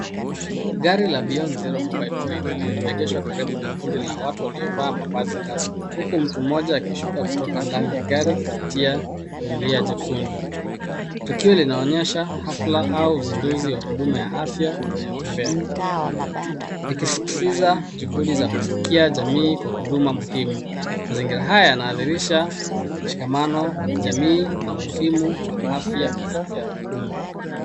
Gari la Beyond Zero Mobile Clinic limeeegeshwa karibu na kundi la watu waliovaa mavazi rasmi huku mtu mmoja akishuka kutoka ndani ya gari kupitia zulia jekundu. Tukio linaonyesha hafla au uzinduzi ya huduma ya afya inayotembea ikisisitiza juhudi za kufikia jamii kwa huduma muhimu. Mazingira yanahdhirisha mshikamano wa kijamii na umuhimu wa afya ya umma.